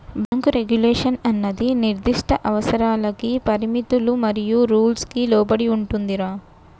bank regulation అన్నది నిర్దిష్ట అవసరాలకి పరిమితులు మరియు రూల్స్ కి లోబడి ఉంటుందిరా